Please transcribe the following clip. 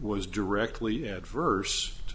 was directly adverse to